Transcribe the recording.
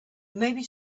maybe